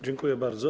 Dziękuję bardzo.